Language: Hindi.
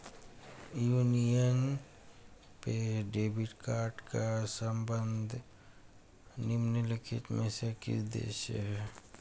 यूनियन पे डेबिट कार्ड का संबंध निम्नलिखित में से किस देश से है?